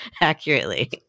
accurately